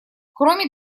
кроме